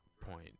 point